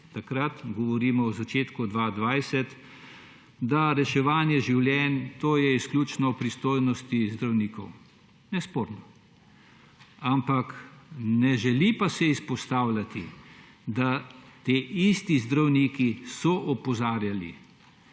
takrat, govorimo o začetku 2020, reševanje življenj izključno v pristojnosti zdravnikov. Nesporno. Ne želi pa se izpostavljati, da so ti isti zdravniki opozarjali,